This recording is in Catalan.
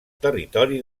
territori